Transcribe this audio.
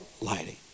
lighting